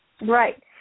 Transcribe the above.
Right